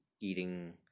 eating